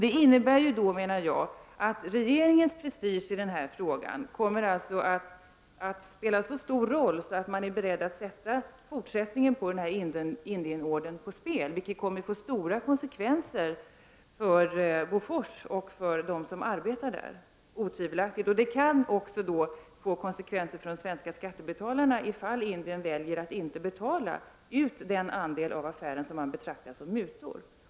Det innebär, enligt min uppfattning, att detta med regeringens prestige i denna fråga kommer att spela så stor roll att man är beredd att sätta Indienordern på spel vad gäller framtiden. Det kommer otvivelaktigt att få vittgående konsekvenser för Bofors och för dem som arbetar där. Dessutom kan det få konsekvenser för de svenska skattebetalarna ifall man i Indien väljer att inte betala för den del av affären som man betraktar som mutor.